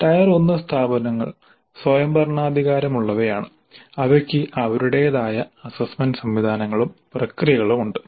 tyre 1 സ്ഥാപനങ്ങൾ സ്വയംഭരണാധികാരമുള്ളവയാണ് അവയ്ക്ക് അവരുടേതായ അസ്സസ്സ്മെന്റ് സംവിധാനങ്ങളും പ്രക്രിയകളും ഉണ്ട്